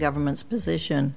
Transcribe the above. government's position